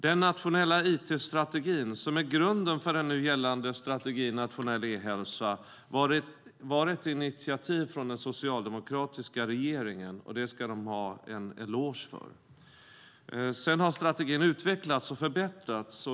Den nationella it-strategin, som är grunden för den gällande strategin Nationell e-hälsa, var ett initiativ från den socialdemokratiska regeringen. Det ska de ha en eloge för. Sedan har strategin utvecklats och förbättrats.